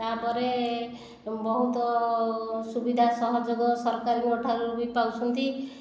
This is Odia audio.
ତା'ପରେ ବହୁତ ସୁବିଧା ସହଯୋଗ ସରକାରଙ୍କ ଠାରୁ ବି ପାଉଛନ୍ତି